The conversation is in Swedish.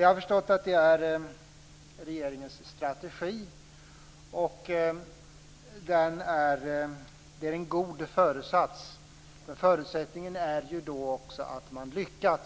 Jag har förstått att detta är regeringens strategi. Det är en god föresats, men förutsättningen är då att man lyckas.